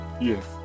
Yes